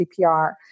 CPR